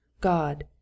God